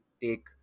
take